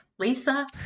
Lisa